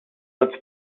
would